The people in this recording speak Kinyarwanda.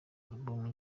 album